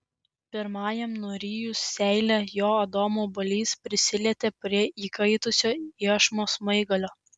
pirmajam nurijus seilę jo adomo obuolys prisilietė prie įkaitusio iešmo smaigalio